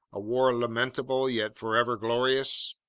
a war lamentable yet forever glorious?